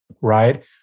right